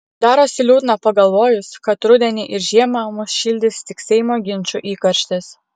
darosi liūdna pagalvojus kad rudenį ir žiemą mus šildys tik seimo ginčų įkarštis